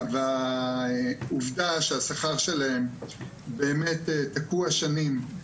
והעובדה שהשכר שלהם באמת תקוע שנים,